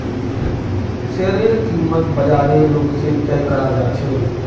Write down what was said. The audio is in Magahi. शेयरेर कीमत बाजारेर रुख से तय कराल जा छे